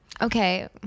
okay